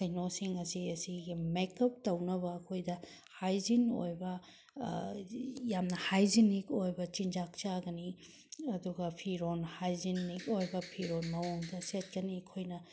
ꯀꯩꯅꯣꯁꯤꯡ ꯑꯁꯤ ꯑꯁꯤꯒꯤ ꯃꯦꯛꯑꯞ ꯇꯧꯅꯕ ꯑꯩꯈꯣꯏꯗ ꯍꯥꯏꯖꯤꯟ ꯑꯣꯏꯕ ꯌꯥꯝꯅ ꯍꯥꯏꯖꯤꯅꯤꯛ ꯑꯣꯏꯕ ꯆꯤꯟꯖꯥꯛ ꯆꯥꯒꯅꯤ ꯑꯗꯨꯒ ꯐꯤꯔꯣꯜ ꯍꯥꯏꯖꯤꯅꯤꯛ ꯑꯣꯏꯕ ꯐꯤꯔꯣꯜ ꯃꯑꯣꯡꯗ ꯁꯦꯠꯀꯅꯤ ꯑꯩꯈꯣꯏꯅ